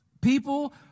people